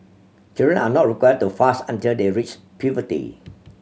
children are not required to fast until they reach puberty